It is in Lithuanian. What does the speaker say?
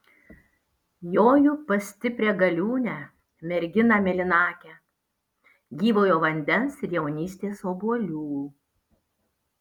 joju pas stiprią galiūnę merginą mėlynakę gyvojo vandens ir jaunystės obuolių